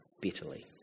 bitterly